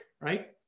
right